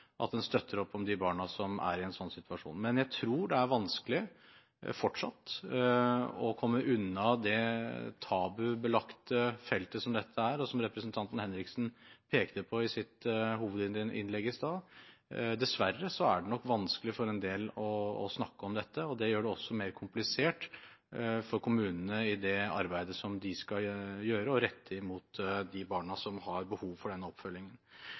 at man støtter opp om de barna som er i en sånn situasjon. Men jeg tror det er vanskelig – fortsatt – å komme unna det tabubelagte feltet som dette er, og som representanten Kari Henriksen pekte på i sitt hovedinnlegg i stad. Dessverre er det nok vanskelig for en del å snakke om dette, og det gjør det også mer komplisert for kommunene i det arbeidet som de skal gjøre og rette mot de barna som har behov for den oppfølgingen.